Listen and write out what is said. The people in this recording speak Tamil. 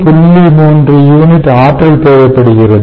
3 யூனிட் ஆற்றல் தேவைப்படுகிறது